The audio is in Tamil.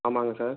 ஆமாங்க சார்